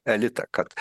elitą kad